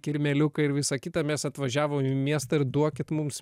kirmėliukai ir visa kita mes atvažiavom į miestą ir duokit mums